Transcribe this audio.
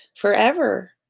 forever